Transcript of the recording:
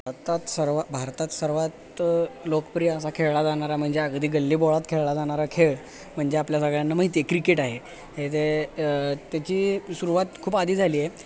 भारतात सर्वा भारतात सर्वात लोकप्रिय असा खेळला जाणारा म्हणजे अगदी गल्लीबोळात खेळाला जाणारा खेळ म्हणजे आपल्या सगळ्यांना माहिती आहे क्रिकेट आहे हे जे त्याची सुरवात खूप आधी झाली आहे